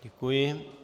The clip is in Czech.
Děkuji.